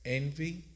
envy